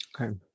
Okay